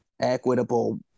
equitable